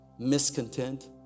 miscontent